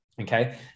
okay